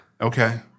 Okay